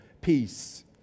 peace